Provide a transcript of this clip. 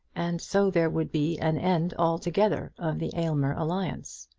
and so there would be an end altogether of the aylmer alliance.